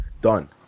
done